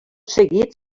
seguit